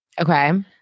Okay